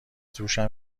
دوشم